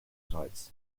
sight